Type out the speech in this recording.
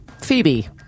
Phoebe